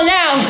now